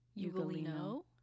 Ugolino